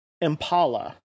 Impala